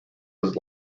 was